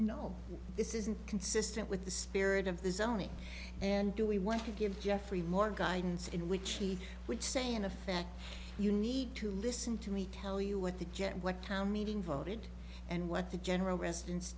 no this isn't consistent with the spirit of the zoning and do we want to give jeffrey more guidance in which he would say in effect you need to listen to me tell you what the jet what town meeting voted and what the general residence